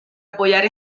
apoyar